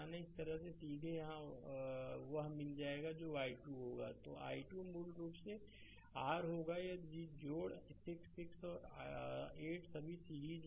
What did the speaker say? इसी तरह सीधे यहाँ वह मिलेगा जो i2 होगा i2 मूल रूप से r होगा यदि जोड़ 6 6 और 8 सभी सीरीज में हैं